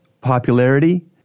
popularity